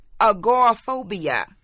agoraphobia